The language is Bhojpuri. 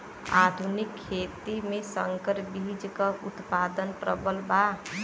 आधुनिक खेती में संकर बीज क उतपादन प्रबल बा